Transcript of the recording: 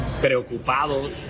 preocupados